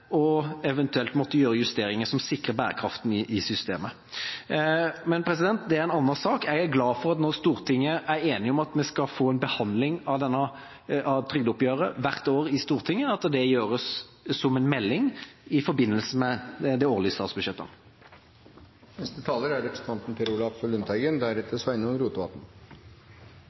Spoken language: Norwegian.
til eventuelt å måtte gjøre justeringer som sikrer bærekraften i systemet. Men det er en annen sak. Jeg er glad for at Stortinget nå er enig om at vi skal få en behandling av trygdeoppgjøret i Stortinget hvert år, og at det gjøres etter en melding i forbindelse med de årlige statsbudsjettene. Den norske velferdsmodellen er